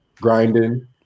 grinding